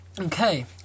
Okay